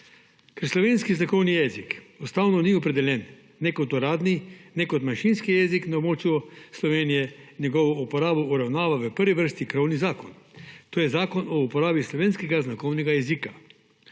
Ker slovenski znakovni jezik ustavno ni opredeljen ne kot uradni ne kot manjšinski jezik na območju Slovenije, njegovo uporabo uravnava v prvi vrsti krovni zakon, to je Zakon o uporabi slovenske znakovnega jezika.